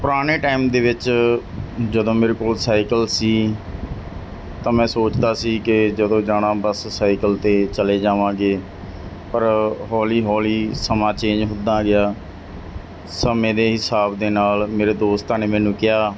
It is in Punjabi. ਪੁਰਾਣੇ ਟਾਈਮ ਦੇ ਵਿੱਚ ਜਦੋਂ ਮੇਰੇ ਕੋਲ ਸਾਈਕਲ ਸੀ ਤਾਂ ਮੈਂ ਸੋਚਦਾ ਸੀ ਕਿ ਜਦੋਂ ਜਾਣਾ ਬਸ ਸਾਈਕਲ ਤੇ ਚਲੇ ਜਾਵਾਂਗੇ ਪਰ ਹੌਲੀ ਹੌਲੀ ਸਮਾਂ ਚੇਂਜ ਹੁੰਦਾ ਗਿਆ ਸਮੇਂ ਦੇ ਹਿਸਾਬ ਦੇ ਨਾਲ ਮੇਰੇ ਦੋਸਤਾਂ ਨੇ ਮੈਨੂੰ ਕਿਹਾ